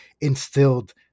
instilled